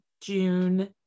June